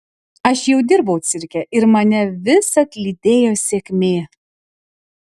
aš jau dirbau cirke ir mane visad lydėjo sėkmė